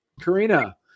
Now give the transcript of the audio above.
Karina